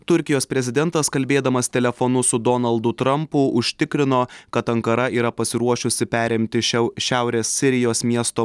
turkijos prezidentas kalbėdamas telefonu su donaldu trampu užtikrino kad ankara yra pasiruošusi perimti šiau šiaurės sirijos miesto